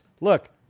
look